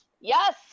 Yes